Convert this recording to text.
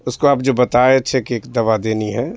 اس کو آپ جو بتائے تھے کہ ایک دوا دینی ہے